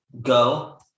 Go